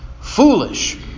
Foolish